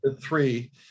three